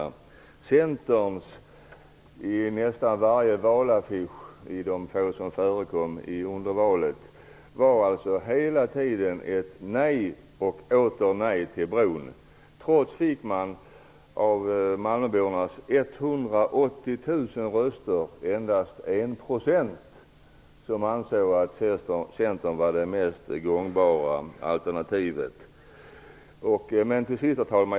På Centerns valaffischer fanns bara nej och åter nej till bron. Av malmöbornas 180 000 röster fick man endast 1 %. Så många ansåg alltså att Centern var det mest gångbara alternativet. Herr talman!